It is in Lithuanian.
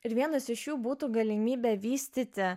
ir vienas iš jų būtų galimybė vystyti